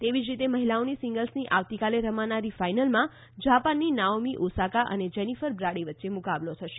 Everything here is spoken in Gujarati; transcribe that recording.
એવી જ રીતે મહિલાઓની સિંગલ્સની આવતીકાલે રમાનારી ફાઇનલમાં જાપાનની નાઓમી ઓસાકા અને જેનીફર બ્રાડી વચ્ચે મુકાબલો થશે